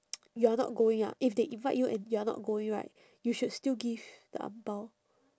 you are not going ah if they invite you and you are not going right you should still give the ang bao